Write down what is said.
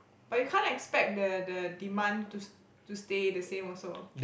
but you can't expect the the demand to st~ to stay the same also